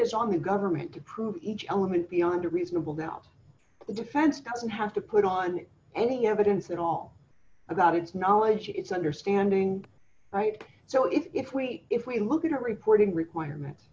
burden is on the government to prove each element beyond a reasonable doubt the defense doesn't have to put on any evidence at all about it's knowledge it's understanding right so if we if we look at reporting requirements